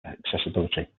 accessibility